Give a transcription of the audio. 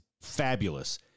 fabulous